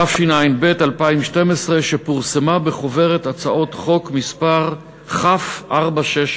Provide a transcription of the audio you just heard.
התשע"ב 2012, שפורסמה בחוברת הצעות חוק מס' כ/464.